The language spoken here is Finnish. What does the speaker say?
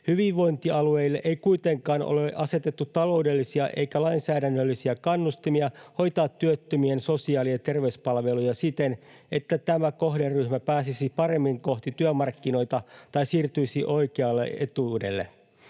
Hyvinvointialueille ei kuitenkaan ole asetettu taloudellisia eikä lainsäädännöllisiä kannustimia hoitaa työttömien sosiaali- ja terveyspalveluja siten, että tämä kohderyhmä pääsisi paremmin kohti työmarkkinoita tai siirtyisi oikealle etuudelle.